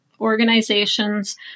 organizations